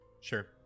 Sure